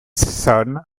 son